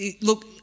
Look